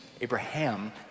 Abraham